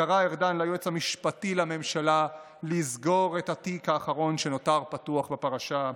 קרא ארדן ליועץ המשפטי לממשלה לסגור את התיק האחרון שנותר פתוח בפרשה.